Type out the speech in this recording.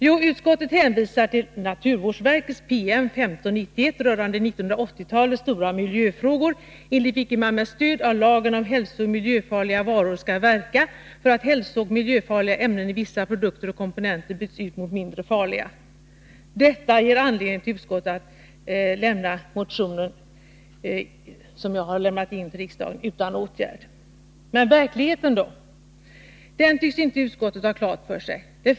Jo, utskottet hänvisar till naturvårdsverkets PM 1591 rörande 1980-talets stora miljöfrågor, enligt vilken man med stöd av lagen om hälsooch miljöfarliga varor skall verka för att hälsooch miljöfarliga ämnen i vissa produkter och komponenter byts ut mot mindre farliga. Detta ger utskottet anledning att lämna den motion som jag har väckt i riksdagen utan åtgärd. Men verkligheten då? Den tycks inte utskottet ha klar för sig.